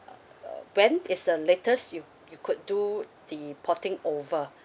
uh when is the latest you you could to the porting over